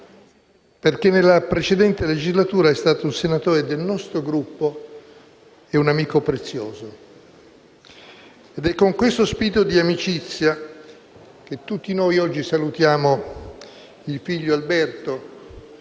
perché nella precedente legislatura è stato un senatore del nostro Gruppo e un amico prezioso. Ed è con questo spirito di amicizia che tutti noi oggi salutiamo il figlio Alberto,